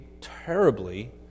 terribly